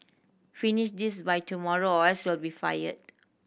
finish this by tomorrow or else you'll be fired